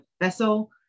vessel